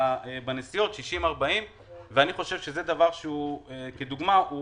העירייה בנסיעות 60/40. אני חושב שכדוגמה זה דבר